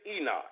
Enoch